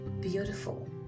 beautiful